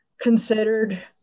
considered